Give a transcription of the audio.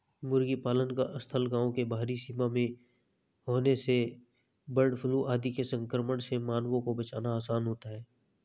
मुर्गी पालन का स्थल गाँव के बाहरी सीमा में होने से बर्डफ्लू आदि के संक्रमण से मानवों को बचाना आसान होता है